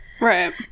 right